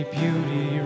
beauty